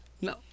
No